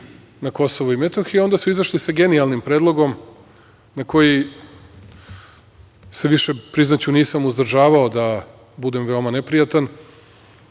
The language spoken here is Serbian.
na Kosovu i Metohiji, a onda su izašli sa genijalnim predlogom na koji se više, priznaću, nisam uzdržavao da budem veoma neprijatan.